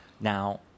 now